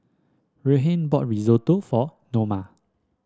Reinhold bought Risotto for Noma